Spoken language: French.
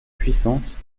puissance